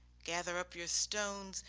gather up your stones,